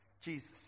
Jesus